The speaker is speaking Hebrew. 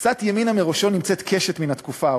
קצת ימינה מראשו נמצאת קשת מן התקופה הרומית.